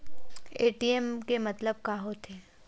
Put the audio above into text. ATM के मतलब का होथे?